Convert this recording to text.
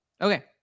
Okay